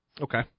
Okay